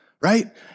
right